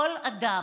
כל אדם,